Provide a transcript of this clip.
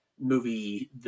movie